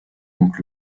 donc